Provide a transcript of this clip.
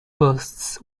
boasts